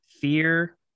fear